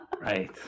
right